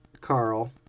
Carl